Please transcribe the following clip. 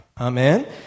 Amen